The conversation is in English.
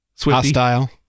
Hostile